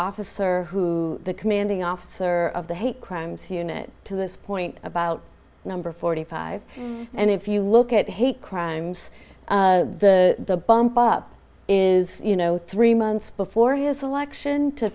officer who the commanding officer of the hate crimes unit to this point about number forty five and if you look at hate crimes the bump up is you know three months before his election to